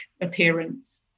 appearance